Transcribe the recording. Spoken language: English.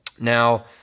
Now